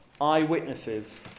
eyewitnesses